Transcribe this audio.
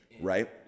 right